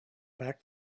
back